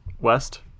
west